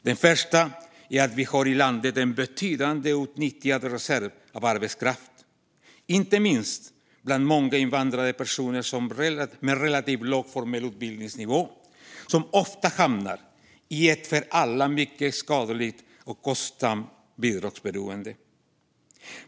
Den första är att vi har en betydande outnyttjad reserv av arbetskraft i landet, inte minst bland många invandrade personer med relativt låg formell utbildningsnivå som ofta hamnar i ett för alla mycket skadligt och kostsamt bidragsberoende.